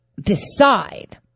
decide